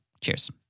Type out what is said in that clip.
Cheers